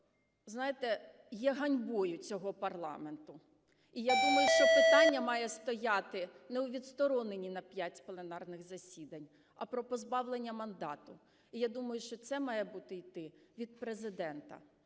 знаєте, є ганьбою цього парламенту. І я думаю, що питання має стояти не у відстороненні на п'ять пленарних засідань, а про позбавлення мандату. І я думаю, що це має бути йти від Президента.